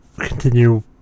Continue